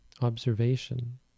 observation